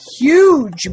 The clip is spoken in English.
huge